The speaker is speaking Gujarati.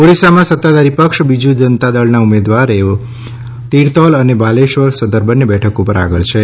ઓરિસ્સામાં સતાધારી બીજુ જનતાદળના ઉમેદવાર નિરતોલ અને બાલેશ્વર સદર બંને બેઠકો પર આગળ છે